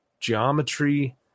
geometry